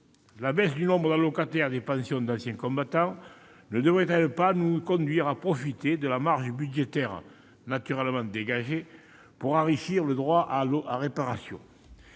La baisse du nombre d'allocataires des pensions d'anciens combattants ne devrait-elle pas nous conduire à profiter de la marge budgétaire naturellement dégagée pour enrichir le droit à réparation ?